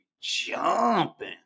jumping